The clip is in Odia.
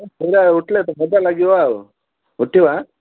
ସେଇଟା ଉଠିଲେ ତ ମଜା ଲାଗିବ ଆଉ ଉଠିବ ଆଁ